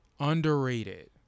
underrated